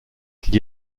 qu’il